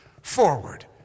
forward